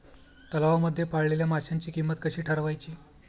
तलावांमध्ये पाळलेल्या माशांची किंमत कशी ठरवायची?